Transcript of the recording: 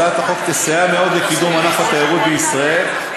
תסייע מאוד לקידום ענף התיירות בישראל,